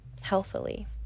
healthily